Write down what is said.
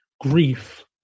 grief